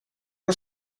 are